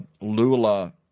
Lula